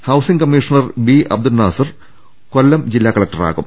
housing commissioner B Abdunnasar Kollam ജില്ലാ കലക്ടറാകും